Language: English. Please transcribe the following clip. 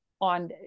on